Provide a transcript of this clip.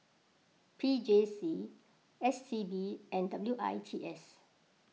P J C S T B and W I T S